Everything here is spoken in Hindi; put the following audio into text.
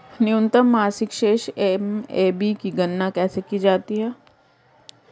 न्यूनतम मासिक शेष एम.ए.बी की गणना कैसे की जाती है?